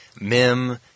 Mim